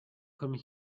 come